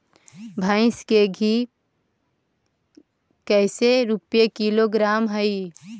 भैंस के देसी घी कैसे रूपये किलोग्राम हई?